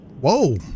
Whoa